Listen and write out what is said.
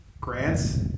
Grant's